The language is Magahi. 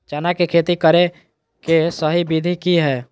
चना के खेती करे के सही विधि की हय?